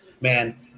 Man